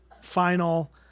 final